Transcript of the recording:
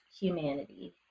humanity